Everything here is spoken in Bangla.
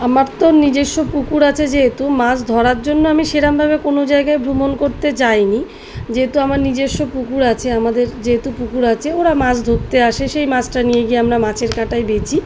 আমার তো নিজেস্ব পুকুর আছে যেহেতু মাছ ধরার জন্য আমি সেরকমভাবে কোনো জায়গায় ভ্রমণ করতে যাই নি যেহেতু আমার নিজস্ব পুকুর আছে আমাদের যেহেতু পুকুর আছে ওরা মাছ ধোত্তে আসে সেই মাছটা নিয়ে গিয়ে আমরা মাছের কাটায় বেচি